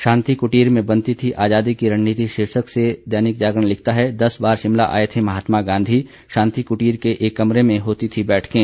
शांति कुटीर में बनती थी आजादी की रणनीति शीर्षक से दैनिक जागरण लिखता है दस बार शिमला आए थे महात्मा गांधी शांति कुटीर के एक कमरे में होती थी बैठकें